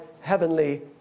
heavenly